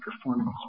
performance